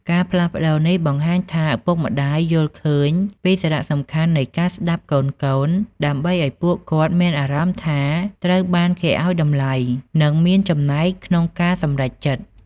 ការផ្លាស់ប្តូរនេះបង្ហាញថា ឪពុកម្ដាយយល់ឃើញពីសារៈសំខាន់នៃការស្ដាប់កូនៗ ដើម្បីឲ្យពួកគាត់មានអារម្មណ៍ថាត្រូវបានគេឲ្យតម្លៃ និងមានចំណែកក្នុងការសម្រេចចិត្ត។